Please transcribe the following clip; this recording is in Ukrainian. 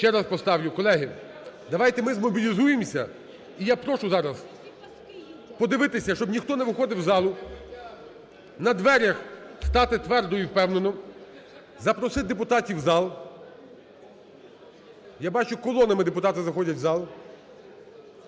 Ще раз поставлю. Колеги, давайте ми змобілізуємося. І я прошу зараз подивитися, щоб ніхто не виходив з залу, на дверях стати твердо і впевнено, запросити депутатів в зал. Я бачу, колонами депутати заходять в зал.